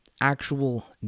actual